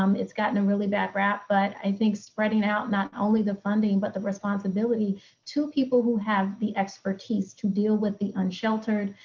um it's gotten a really bad rap, but i think spreading out, not only the funding, but the responsibility to people who have the expertise to deal with the unsheltered,